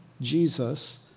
Jesus